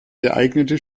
geeignete